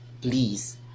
please